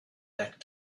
that